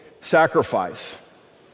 sacrifice